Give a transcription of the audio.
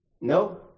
No